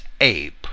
ape